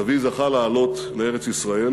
סבי זכה לעלות לארץ-ישראל